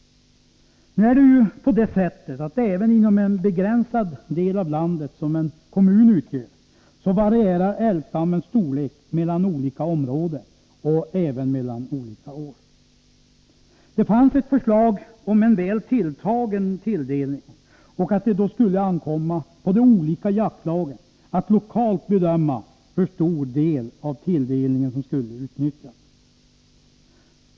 Nu är det ju på det sättet, att även inom en begränsad del av landet som en kommun utgör varierar älgstammens storlek mellan olika områden och mellan olika år. Det fanns ett förslag om en väl tilltagen tilldelning, och att det då skulle ankomma på de olika jaktlagen att lokalt bedöma hur stor del av tilldelningen som skulle utnyttjas.